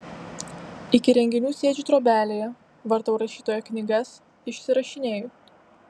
iki renginių sėdžiu trobelėje vartau rašytojo knygas išsirašinėju